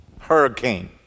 hurricane